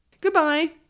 Goodbye